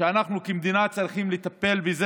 שאנחנו כמדינה צריכים לטפל בו,